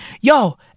yo